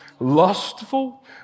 lustful